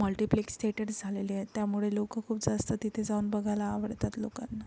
multiplex theatres झालेले आहेत त्यामुळे लोक खूप जास्त तिथे जाऊन बघायला आवडतात लोकांना